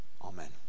amen